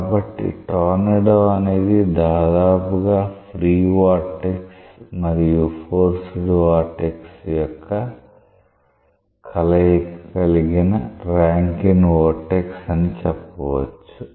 కాబట్టి టోర్నడో అనేది దాదాపుగా ఫ్రీ వొర్టెక్స్ మరియు ఫోర్స్డ్ వొర్టెక్స్ యొక్క కలయిక కలిగిన రాంకిన్ వొర్టెక్స్ అని చెప్పవచ్చు